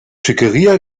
schickeria